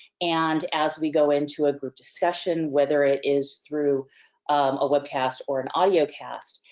and as we go into a group discussion whether it is through a webcast or an audio cast,